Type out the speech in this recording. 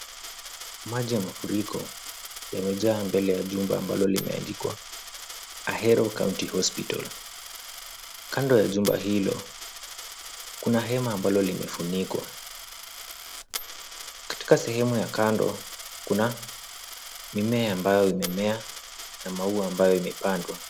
Maji ya mafuriko yamejaa mbele ya jumba ambalo limeandikwa Ahero County Hospital . Kando ya jumba hilo, kuna hema ambalo limefunikwa. Katika sehemu ya kando, kuna mimea ambayo imemea na maua ambayo imepandwa.